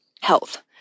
health